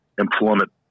employment